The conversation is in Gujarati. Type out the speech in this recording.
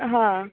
હં